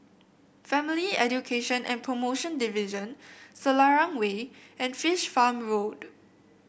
Family Education and Promotion Division Selarang Way and Fish Farm Road